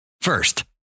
first